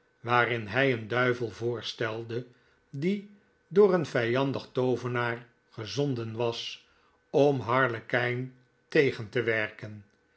waarin hij een duivel voorstelde die door een vijandig toovenaar gezonden was om harlekijn tegen te werken